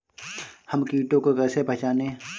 हम कीटों को कैसे पहचाने?